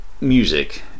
music